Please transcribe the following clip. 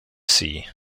sea